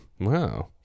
Wow